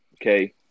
okay